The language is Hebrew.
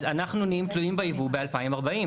אז אנחנו נהיים תלויים ביבוא ב-2040.